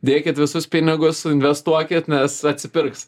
dėkit visus pinigus investuokit nes atsipirks